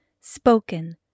spoken